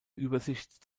übersicht